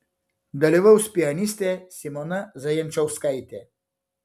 dalyvaus pianistė simona zajančauskaitė